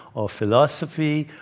or philosophy,